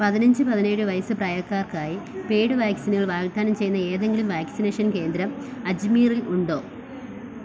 പതിനഞ്ച് പതിനേഴ് വയസ്സ് പ്രായക്കാർക്കായി പെയ്ഡ് വാക്സിനുകൾ വാഗ്ദാനം ചെയ്യുന്ന ഏതെങ്കിലും വാക്സിനേഷൻ കേന്ദ്രം അജ്മീറിൽ ഉണ്ടോ